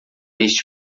este